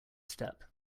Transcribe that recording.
step